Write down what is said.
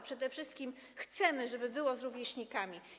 Przede wszystkim chcemy, żeby było z rówieśnikami.